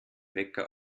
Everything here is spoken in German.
wecker